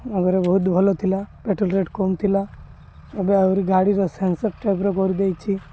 ଆଗରେ ବହୁତ ଭଲ ଥିଲା ପେଟ୍ରୋଲ୍ ରେଟ୍ କମ୍ ଥିଲା ଏବେ ଆହୁରି ଗାଡ଼ିର ସେନ୍ସର୍ ଟାଇପ୍ର କରିଦେଇଛି